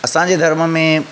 असांजे धर्म में